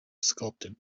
sculpted